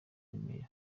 remera